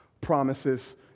promises